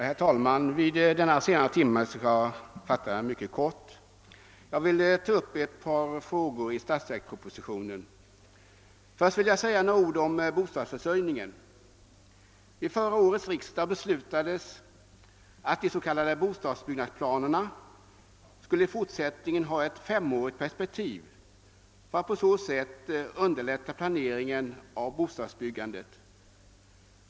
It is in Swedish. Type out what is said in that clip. Herr talman! Vid denna sena timme skall jag fatta mig mycket kort. Jag vill ta upp ett par frågor i statsverkspropotionen. Först vill jag säga några ord om bostadsförsörjningen. Vid förra årets riksdag beslutades att de s.k. bostadsbyggnadsplanerna i fortsättningen skulle ha ett femårigt perspektiv för att på så sätt underlätta planeringen av bostadsbyggandet.